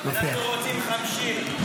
אנחנו רוצים חמשיר.